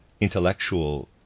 intellectual